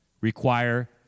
require